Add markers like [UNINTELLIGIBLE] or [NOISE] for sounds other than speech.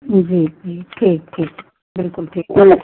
जी जी ठीक ठीक बिल्कुल ठीक [UNINTELLIGIBLE]